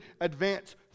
advance